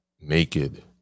Naked